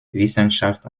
wissenschaft